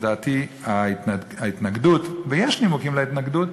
לדעתי ההתנגדות ויש נימוקים להתנגדות,